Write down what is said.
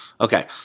okay